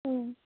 হুম